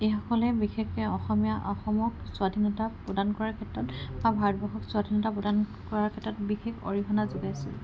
এইসকলে বিশেষকৈ অসমীয়া অসমক স্বাধীনতা প্ৰদান কৰাৰ ক্ষেত্ৰত বা ভাৰতবৰ্ষক স্বাধীনতা প্ৰদান কৰাৰ ক্ষেত্ৰত বিশেষ অৰিহণা যোগাইছে